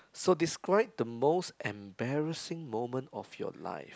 so describe the most embarrassing moment of your life